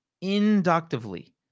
inductively